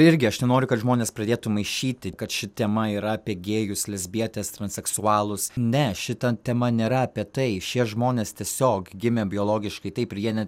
irgi aš nenoriu kad žmonės pradėtų maišyti kad ši tema yra apie gėjus lesbietes transseksualus ne šita tema nėra apie tai šie žmonės tiesiog gimė biologiškai taip ir jie ne